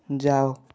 ଯାଅ